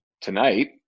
tonight